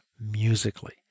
musically